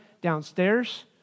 downstairs